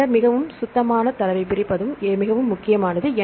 எனவே பின்னர் மிகவும் சுத்தமான தரவைப் பிரிப்பதும் மிகவும் முக்கியமானது